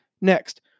Next